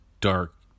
dark